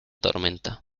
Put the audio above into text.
tormenta